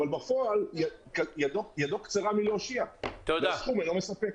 אבל בפועל ידו קצרה מלהושיע והסכום אינו מספק.